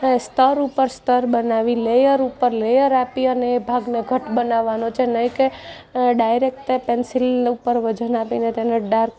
સ્તર ઉપર સ્તર બનાવી લેયર ઉપર લેયર આપી અને ભાગને ઘટ બનાવાનો છે નહીં કે ડાયરેક તે પેન્સિલ ઉપર વજન આપીને તેને ડાર્ક